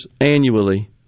annually